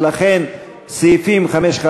ולכן סעיפים 5(1),